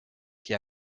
qui